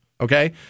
Okay